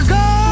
go